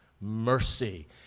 mercy